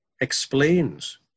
explains